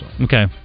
Okay